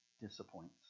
disappoints